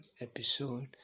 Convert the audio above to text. episode